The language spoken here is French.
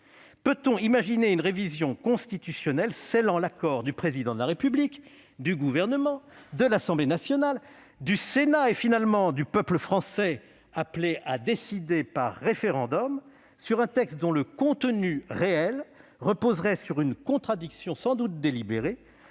Peut-on imaginer une révision constitutionnelle scellant l'accord du Président de la République, du Gouvernement, de l'Assemblée nationale, du Sénat et, en définitive, du peuple français appelé à s'exprimer par référendum sur un texte dont le contenu réel reposerait sur une contradiction, sans doute délibérée,